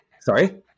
Sorry